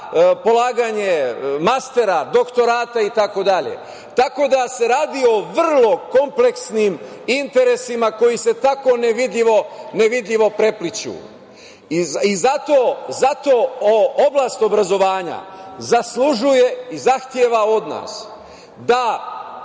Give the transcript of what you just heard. polaganje mastera, doktorata itd. Tako da se radi o vrlo kompleksnim interesima koji se tako nevidljivo prepliću. Zato oblast obrazovanja zaslužuje i zahteva od nas da